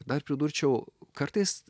dar pridurčiau kartais